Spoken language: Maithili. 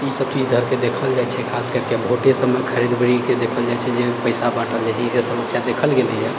ई सब चीज धरिके देखल जाइत छै खास करिके वोटे सबमे खरीद बिक्रीके देखल जाइत छै जे पैसा बाँटल जाइत छै ई सब समस्या देखल गेलैए